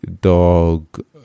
dog